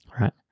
right